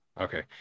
okay